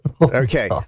Okay